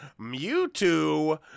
Mewtwo